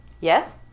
Yes